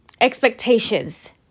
expectations